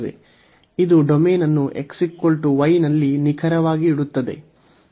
ಇದು ಡೊಮೇನ್ ಅನ್ನು x y ನಲ್ಲಿ ನಿಖರವಾಗಿ ಇಡುತ್ತದೆ